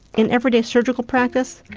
in everyday surgical practice,